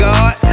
God